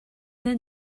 then